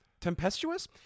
tempestuous